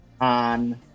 on